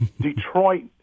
Detroit